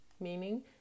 meaning